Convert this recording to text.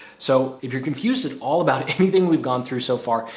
so if you're confused at all about anything we've gone through so far,